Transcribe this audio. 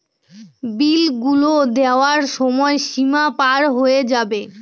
বিল গুলো দেওয়ার সময় সীমা পার হয়ে যাবে